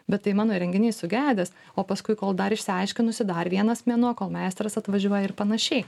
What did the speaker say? bet tai mano įrenginys sugedęs o paskui kol dar išsiaiškinusi dar vienas mėnuo kol meistras atvažiuoja ir panašiai